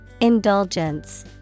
Indulgence